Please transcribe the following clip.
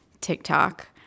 TikTok